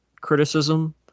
criticism